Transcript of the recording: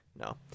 No